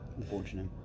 unfortunate